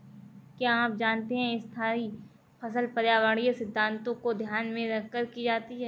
क्या आप जानते है स्थायी फसल पर्यावरणीय सिद्धान्तों को ध्यान में रखकर की जाती है?